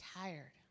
tired